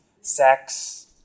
sex